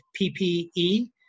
PPE